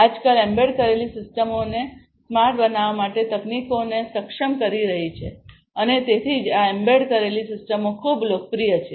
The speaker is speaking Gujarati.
આજકાલ એમ્બેડ કરેલી સિસ્ટમોને સ્માર્ટ બનાવવા માટે તકનીકોને સક્ષમ કરી રહી છે અને તેથી જ આ એમ્બેડ કરેલી સિસ્ટમો ખૂબ લોકપ્રિય છે